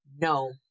No